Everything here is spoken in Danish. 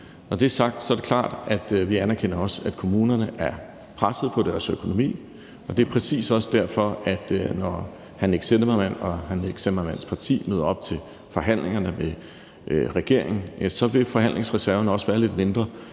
Når det er sagt, er det klart, at vi også anerkender, at kommunerne er presset på deres økonomi, og det er også præcis derfor, at når hr. Nick Zimmermann og hr. Nick Zimmermanns parti møder op til forhandlingerne med regeringen, så vil forhandlingsreserven også være lidt mindre,